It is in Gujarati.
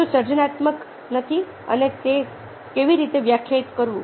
શું સર્જનાત્મક નથી અને તેને કેવી રીતે વ્યાખ્યાયિત કરવું